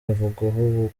uvugwaho